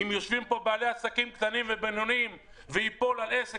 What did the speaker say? אם יושבים פה בעלי עסקים קטנים ובינוניים וייפול על עסק